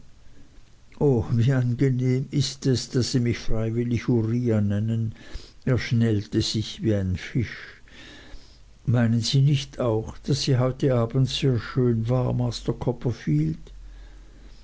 angenehm ist es daß sie mich freiwillig uriah nennen er schnellte sich wie ein fisch meinen sie nicht auch daß sie heute abends sehr schön war